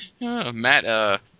Matt